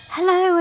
Hello